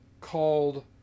called